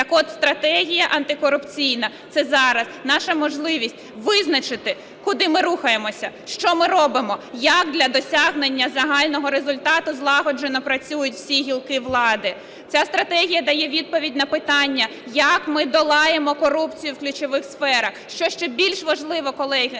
Так от стратегія антикорупційна – це зараз наша можливість визначити, куди ми рухаємося, що ми робимо, як для досягнення загального результату злагоджено працюють всі гілки влади. Ця стратегія дає відповідь на питання, як ми долаємо корупцію в ключових сферах. Що ще більш важливо, колеги,